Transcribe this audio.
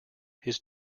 his